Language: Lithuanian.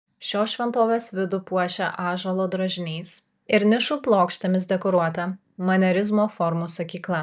šios šventovės vidų puošia ąžuolo drožiniais ir nišų plokštėmis dekoruota manierizmo formų sakykla